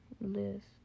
list